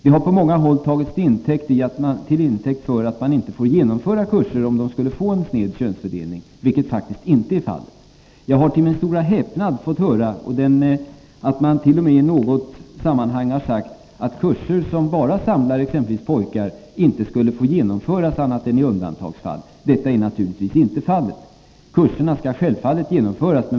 Det hade på många håll tagits till intäkt för att man inte får genomföra kurser om de skulle få en sned könsfördelning, vilket faktiskt inte är fallet. Jag har till min stora häpnad fått höra att mant.o.m. i något sammanhang har sagt att kurser som bara samlar exempelvis pojkar inte skulle få genomföras annat än i undantagsfall. Detta är naturligtvis inte fallet. Kurserna får självfallet genomföras.